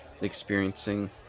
experiencing